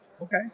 Okay